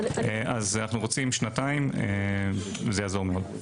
אנו רוצים שנתיים, זה יעזור מאוד.